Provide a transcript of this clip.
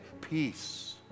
Peace